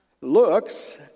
looks